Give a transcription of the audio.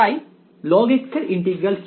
তাই log এর integral কি